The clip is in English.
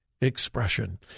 expression